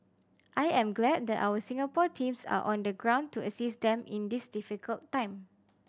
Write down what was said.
I am glad that our Singapore teams are on the ground to assist them in this difficult time